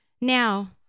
Now